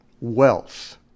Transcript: wealth